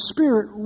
Spirit